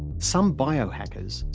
some biohackers,